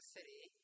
City